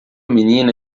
menina